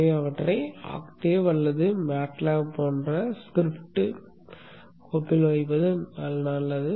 எனவே அவற்றை ஆக்டேவ் அல்லது மேட்லாப் போன்ற ஸ்கிரிப்ட் கோப்பில் வைப்பது நல்லது